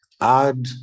add